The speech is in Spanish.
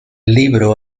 libro